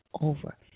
over